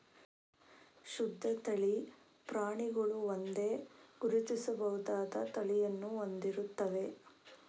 ಶುದ್ಧ ತಳಿ ಪ್ರಾಣಿಗಳು ಒಂದೇ, ಗುರುತಿಸಬಹುದಾದ ತಳಿಯನ್ನು ಹೊಂದಿರುತ್ತವೆ